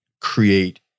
create